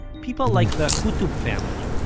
people like the qutob family,